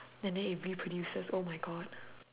and then it reproduces oh my god